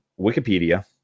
Wikipedia